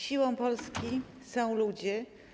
Siłą Polski są ludzie.